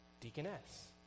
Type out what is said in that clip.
deaconess